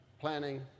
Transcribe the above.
planning